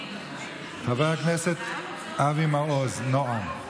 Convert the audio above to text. חבר הכנסת אבי מעוז, נעם.